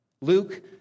Luke